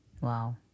Wow